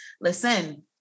Listen